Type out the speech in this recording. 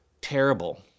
terrible